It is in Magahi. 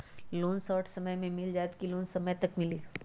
लोन शॉर्ट समय मे मिल जाएत कि लोन समय तक मिली?